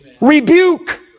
Rebuke